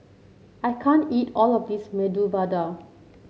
I can't eat all of this Medu Vada